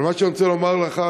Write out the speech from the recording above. אבל מה שאני רוצה לומר לך,